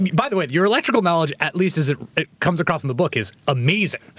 by the way, your electrical knowledge, at least as it comes across in the book, is amazing.